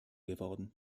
geworden